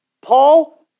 Paul